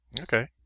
okay